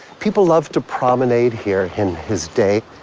people loved to promenade here in his day,